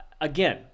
Again